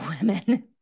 women